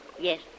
Yes